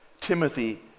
Timothy